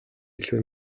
илүү